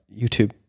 YouTube